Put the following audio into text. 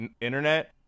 internet